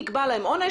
נקבע להם עונש,